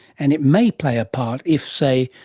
and it may play a part if, say,